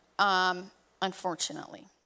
Unfortunately